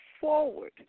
forward